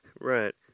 Right